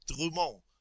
Drumont